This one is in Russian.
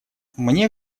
мне